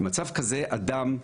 במצב כזה, אדם,